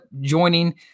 joining